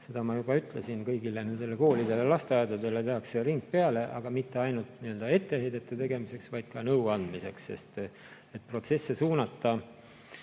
seda ma juba ütlesin. Kõigile nendele koolidele ja lasteaedadele tehakse ring peale, aga mitte ainult etteheidete tegemiseks, vaid ka nõuandmiseks, et protsesse suunata.